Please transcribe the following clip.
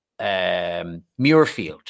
Muirfield